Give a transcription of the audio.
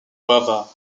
guava